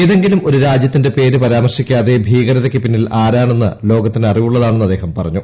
ഏതെങ്കിലും ഒരു രാജ്യത്തിന്റെ പേര് പരാമർശിക്കാതെ ഭീകരതയ്ക്ക് പിന്നിൽ ആരാണെന്ന് ലോകത്തിന് അറിവുള്ളതാണെന്ന് അദ്ദേഹം പറഞ്ഞു